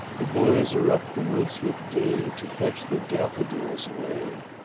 the boys are up the woods with day to fetch the daffodils away,